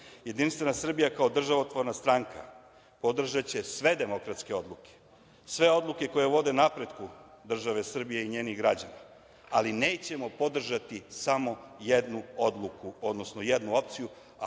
spremni. Jedinstvena Srbija, kao državotvorna stranka podržaće sve demokratske odluke, sve odluke koje vode napretku države Srbije i njenih građana, ali nećemo podržati samo jednu odluku, odnosno jednu opciju,